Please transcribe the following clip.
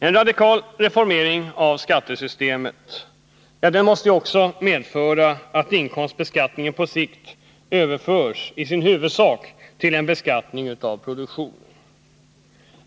En radikal reformering av skattesystemet måste också innebära att inkomstbeskattningen på sikt i huvudsak överförs till beskattning av produktionen.